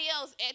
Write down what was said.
else